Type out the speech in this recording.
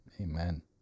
Amen